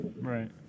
Right